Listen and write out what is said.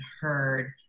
heard